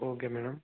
okay madam